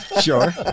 Sure